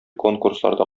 конкурсларда